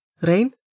Rain